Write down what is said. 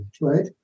right